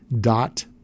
dot